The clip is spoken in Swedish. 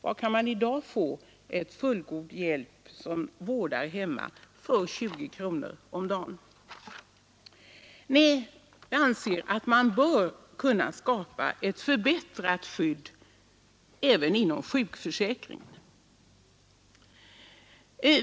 Var kan man i dag få en fullgod hjälp som vårdar hemma för 20 kronor om dagen? Nej, jag anser att man bör kunna skapa ett förbättrat skydd inom sjukförsäkringen.